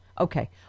Okay